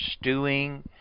stewing